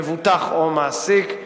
מבוטח או מעסיק,